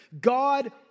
God